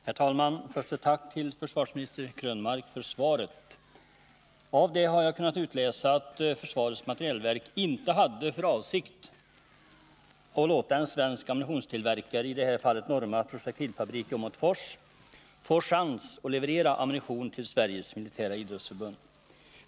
Herr talman! Först ett tack till försvarsminister Krönmark för svaret. Av det har jag kunnat utläsa att försvarets materielverk inte hade för avsikt att låta en svensk ammunitionstillverkare, nämligen Norma Projektilfabrik i Åmotfors, få chans att leverera ammunition till Sveriges militära idrottsförbund.